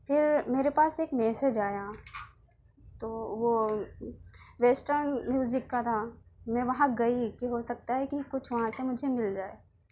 پھر میرے پاس ایک میسج آیا تو وہ ویسٹرن میوزک کا تھا میں وہاں گئی کہ ہو سکتا ہے کہ کچھ وہاں سے مجھے مل جائے